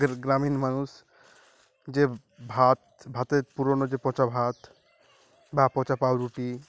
গ্রামীণ মানুষ যে ভাত ভাতের পুরোনো যে পচা ভাত বা পচা পাউরুটি